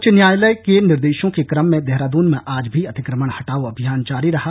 उच्च न्यायालय के निर्देशों के क्रम में देहरादून में आज भी अतिक्रमण हटाओ अभियान जारी रहा